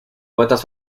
poetas